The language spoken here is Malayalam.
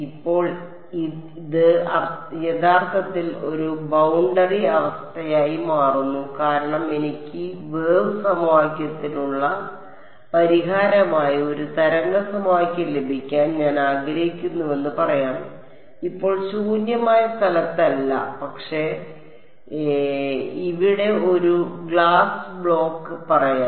ഇപ്പോൾ ഇത് യഥാർത്ഥത്തിൽ ഒരു ബൌണ്ടറി അവസ്ഥയായി മാറുന്നു കാരണം എനിക്ക് വേവ് സമവാക്യത്തിനുള്ള പരിഹാരമായി ഒരു തരംഗ സമവാക്യം ലഭിക്കാൻ ഞാൻ ആഗ്രഹിക്കുന്നുവെന്ന് പറയാം ഇപ്പോൾ ശൂന്യമായ സ്ഥലത്തല്ല പക്ഷേ ഇവിടെ ഒരു ഗ്ലാസ്സ് ബ്ലോക്ക് പറയാം